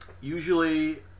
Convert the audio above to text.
Usually